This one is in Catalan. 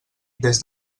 des